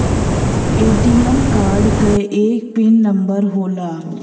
ATM card क एक pin number होला